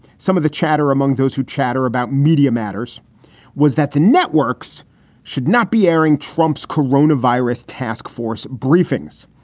some of the chatter among those who chatter about media matters was that the networks should not be airing trump's corona virus task force briefings.